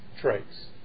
traits